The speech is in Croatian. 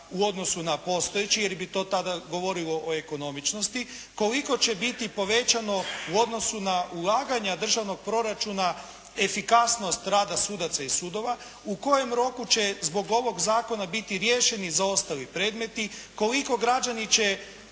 u odnosu na postojeći, jer bi to tada govorilo o ekonomičnosti? Koliko će biti povećano u odnosu na ulaganja državnog proračuna efikasnost rada sudaca i sudova? U kojem roku će zbog ovog zakona biti riješeni zaostali predmeti? Koliko građani će